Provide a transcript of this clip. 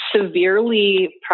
severely